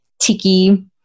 Tiki